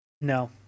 no